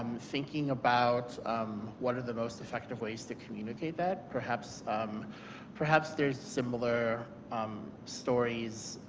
thinking about what are the most effect ive ways to communicate that. perhaps um perhaps there's similar um stories,